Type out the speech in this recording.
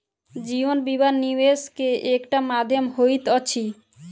जीवन बीमा, निवेश के एकटा माध्यम होइत अछि